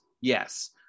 yes